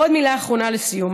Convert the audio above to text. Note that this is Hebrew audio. ועוד מילה אחרונה לסיום.